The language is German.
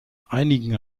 einigen